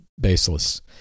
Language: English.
baseless